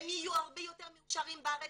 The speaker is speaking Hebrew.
הם יהיו הרבה יותר מאושרים בארץ,